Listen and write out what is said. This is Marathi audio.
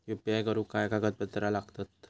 यू.पी.आय करुक काय कागदपत्रा लागतत?